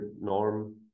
norm